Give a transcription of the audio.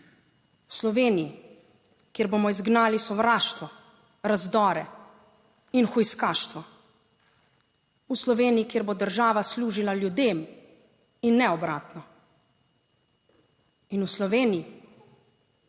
v Sloveniji, kjer bomo izgnali sovraštvo, razdore in hujskaštvo, v Sloveniji, kjer bo država služila ljudem in ne obratno. In v Sloveniji,